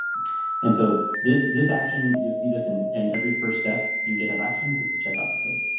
and so this this action, you'll see this in in every first step in github action is to check out the code.